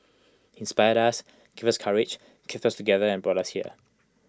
he inspired us gave us courage kept us together and brought us here